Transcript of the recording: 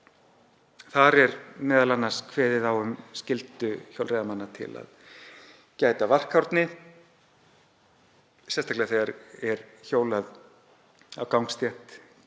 Þar er m.a. kveðið á um skyldu hjólreiðamanna til að gæta varkárni, sérstaklega þegar er hjólað á gangstétt,